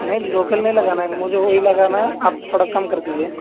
نہیں لوکل نہیں لگانا ہے مجھے وہی لگانا ہے آپ تھوڑا کم کر دیجیے